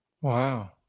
Wow